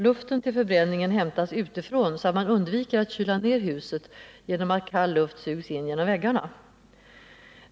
Luften till förbränningen hämtas utifrån, så att man undviker att kyla ned huset genom att kall luft sugs in genom väggarna.